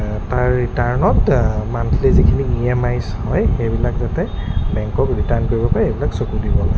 তাৰ ৰিটাৰ্ণত মান্থলি যিখিনি ই এম আইজ হয় সেইবিলাক যাতে বেংক ৰিটাৰ্ণ কৰিব পাৰে এইবিলাক চকু দিব লাগে